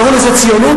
קראו לזה ציונות.